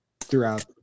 throughout